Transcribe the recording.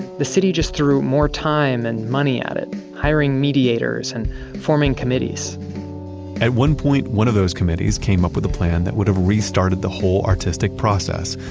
the city just threw more time and money at it, hiring mediators and forming committees at one point, one of those committees came up with a plan that would have restarted the whole artistic process.